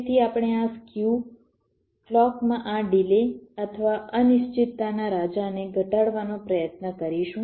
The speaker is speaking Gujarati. તેથી આપણે આ સ્ક્યુ ક્લૉકમાં આ ડિલે અથવા અનિશ્ચિતતાના રાજાને ઘટાડવાનો પ્રયત્ન કરીશું